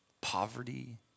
poverty